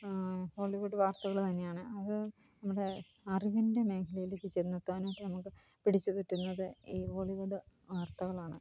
Hollywood വാർത്തകൾ തന്നെയാണ് അത് നമ്മുടെ അറിവിന്റെ മേഖലയിലേക്ക് ചെന്നെത്താനുമൊക്കെ നമുക്ക് പിടിച്ച് പറ്റുന്നത് ഈ ബോളിവുഡ് വാർത്തകളാണ്